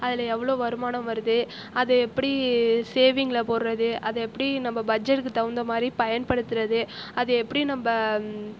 அதில் எவ்ளோ வருமானம் வருது அதை எப்படி சேவிங்கில் போடுறது அதை எப்படி நம்ப பட்ஜெட்க்கு தகுந்த மாதிரி பயன்படுத்தறது அது எப்படி நம்ப